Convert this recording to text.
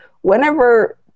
Whenever